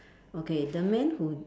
okay the man who